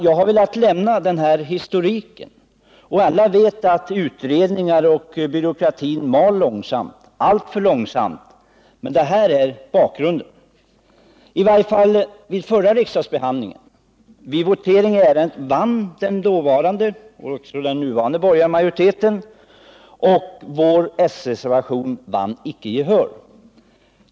Jag har velat lämna den här historiken. Alla vet att utredningar och byråkratin mal långsamt, alltför långsamt, men detta är bakgrunden. Vid voteringen i ärendet vid den förra riksdagsbehandlingen vann den borgerliga majoriteten, och vår s-reservation vann icke gehör.